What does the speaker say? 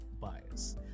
bias